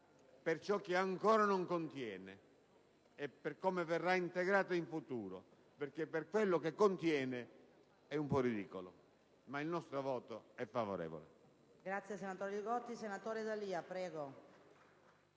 per ciò che ancora non contiene e per come verrà integrato in futuro, perché per quello che contiene è un po' ridicolo. Ma il nostro voto è favorevole.